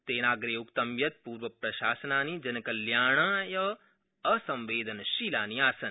तेनाग्रे उक्तं यत् पूर्वप्रशासनानि जनकत्याणय असंवेदनशीलानि आसन्